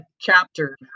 chapter